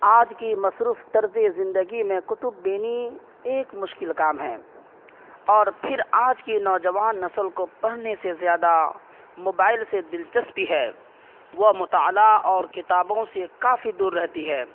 آج کی مصروف طرز زندگی میں کتب بینی ایک مشکل کام ہے اور پھر آج کے نوجوان نسل کو پڑھنے سے زیادہ موبائل سے دلچسپی ہے وہ مطالعہ اور کتابوں سے کافی دور رہتی ہے